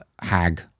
hag